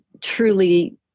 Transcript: truly